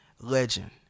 legend